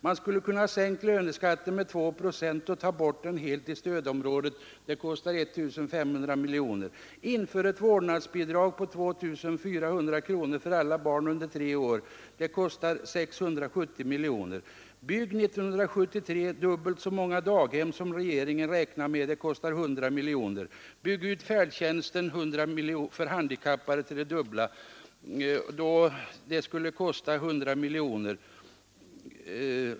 Man skulle ha kunnat sänka löneskatten med 2 procent och ta bort den helt i stödområdet, vilket hade kostat 1 500 miljoner kronor. Inför ett vårdnadsbidrag på 2 400 kronor för alla barn under 3 år, vilket skulle kosta 670 miljoner kronor. Bygg under 1973 dubbelt så många daghem som regeringen beräknar, vilket skulle kosta 100 miljoner kronor. Bygg ut färdtjänsten för handikappade till det dubbla; det skulle kosta 100 miljoner kronor.